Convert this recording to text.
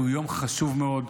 הוא יום חשוב מאוד,